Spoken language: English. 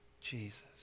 Jesus